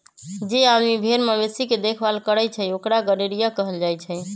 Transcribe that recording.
जे आदमी भेर मवेशी के देखभाल करई छई ओकरा गरेड़िया कहल जाई छई